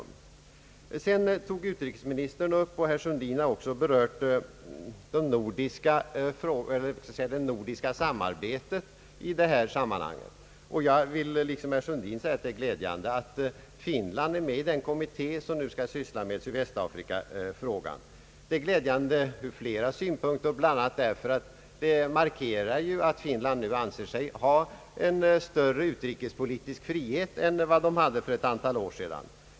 Sedan tog utrikesministern upp det nordiska samarbetet. Herr Sundin berörde det också, och jag vill liksom herr Sundin säga att det är glädjande att Finland är med i den kommitté som nu skall syssla med sydvästafrikafrågan. Det är glädjande ur flera synpunkter, bland annat därför att det ju markerar att Finland nu anser sig ha en större utrikespolitisk frihet än det hade för ett antal år sedan.